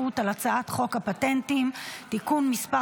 רציפות על הצעת חוק הפטנטים (תיקון מס'